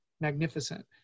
magnificent